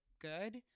good